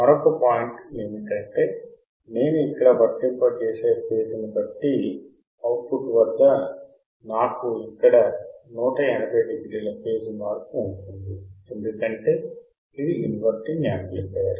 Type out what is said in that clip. మరొక పాయింట్ ఏమిటంటే నేను ఇక్కడ వర్తింప చేసే ఫేస్ ని బట్టి అవుట్ ఫుట్ వద్ద నాకు ఇక్కడ 180 డిగ్రీల ఫేజ్ మార్పు ఉంటుంది ఎందుకంటే ఇది ఇన్వర్టింగ్ యాంప్లిఫయర్